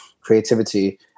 creativity